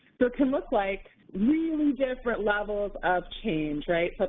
so it can look like really different levels of change, right. but